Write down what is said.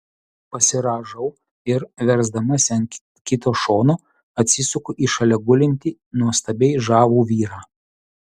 pasirąžau ir versdamasi ant kito šono atsisuku į šalia gulintį nuostabiai žavų vyrą